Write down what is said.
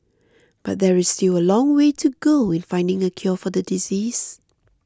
but there is still a long way to go in finding a cure for the disease